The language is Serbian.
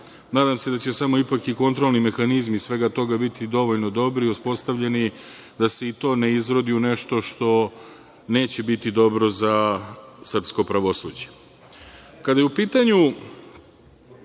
Nadam se da će samo ipak i kontrolni mehanizmi svega toga biti dovoljno dobro uspostavljeni, da se i to ne izrodi u nešto što neće biti dobro za srpsko pravosuđe. Kada